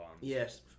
Yes